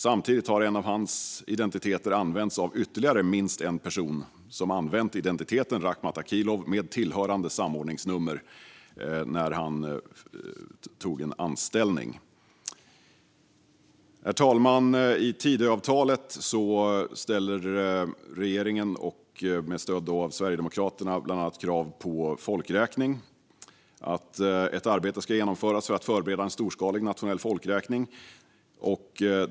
Samtidigt har en av hans identiteter använts av ytterligare minst en person som använt identiteten Rakhmat Akilov med tillhörande samordningsnummer när han tog en anställning. Herr talman! I Tidöavtalet ställer regeringen med stöd av Sverigedemokraterna bland annat krav på att arbete ska genomföras för att förbereda en storskalig nationell folkräkning.